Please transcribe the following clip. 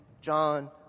John